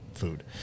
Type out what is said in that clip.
food